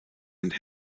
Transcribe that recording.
and